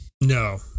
No